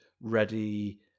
ready